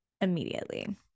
immediately